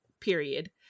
period